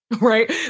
right